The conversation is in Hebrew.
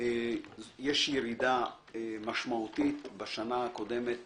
יש ירידה משמעותית - בשנה הקודמת